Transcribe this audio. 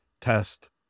test